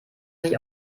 sich